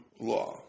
law